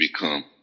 become